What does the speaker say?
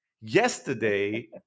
yesterday